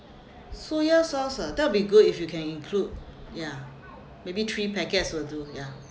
soya sauce ah that will be good if you can include ya maybe three packets will do ya